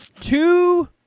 Two